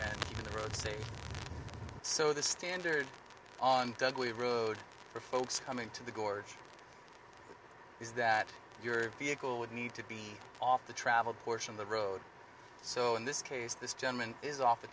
say the road say so the standard on dudley road for folks coming to the gorge is that your vehicle would need to be off the traveled portion of the road so in this case this gentleman is off the